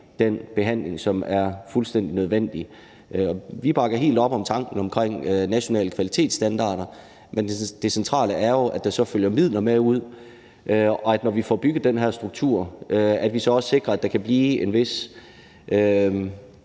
den behandling, som er fuldstændig nødvendig. Vi bakker helt op om tanken omkring nationale kvalitetsstandarder, men det centrale er jo, at der så følger midler med ud, og at når vi får bygget den her struktur, sikrer vi også, at der kan blive en vis